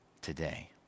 today